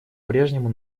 прежнему